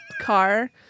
car